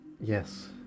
yes